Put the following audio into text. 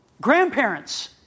Grandparents